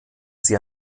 sie